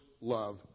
love